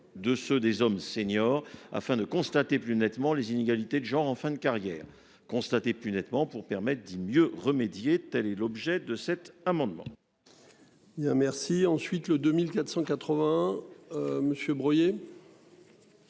de ceux des hommes seniors afin de constater plus nettement les inégalités de genre en fin de carrière constater plus nettement pour permettre dit mieux remédier, telle est l'objet de cet amendement.